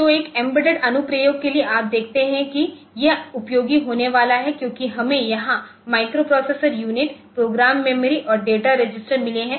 तो एक एम्बेडेड अनुप्रयोग के लिए आप देखते हैं कि यह उपयोगी होने वाला है क्योंकि हमें यहाँ माइक्रोप्रोसेसर यूनिट प्रोग्राम मेमोरी और डेटा रजिस्टर मिले है